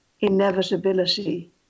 inevitability